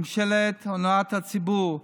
ממשלת הונאת הציבור,